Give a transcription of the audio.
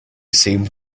seem